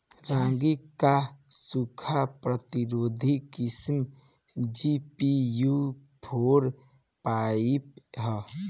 रागी क सूखा प्रतिरोधी किस्म जी.पी.यू फोर फाइव ह?